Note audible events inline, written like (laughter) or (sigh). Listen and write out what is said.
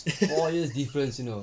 (laughs)